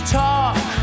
talk